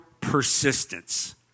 persistence